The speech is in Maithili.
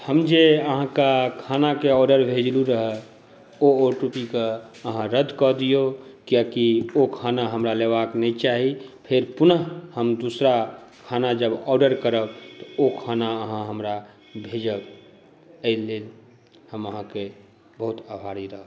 हम जे अहाँकेँ खानाके आर्डर भेजलहुँ रहए ओ ओ टी पी केँ अहाँ रद्द कऽ दियौ कियाकि ओ खाना हमरा लेबाक नहि चाही फेर पुनः हम दूसरा खाना जब आर्डर करब तऽ ओ खाना अहाँ हमरा भेजब एहिलेल हम अहाँके बहुत आभारी रहब